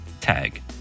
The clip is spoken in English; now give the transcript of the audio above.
Tag